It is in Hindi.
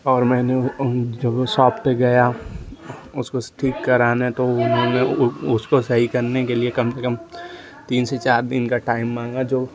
और मैंने जो सॉप पर गया उसको ठीक कराने तो उन्होंने उसको सही करने के लिए कम से कम तीन से चार दिन का टाइम मांगा जो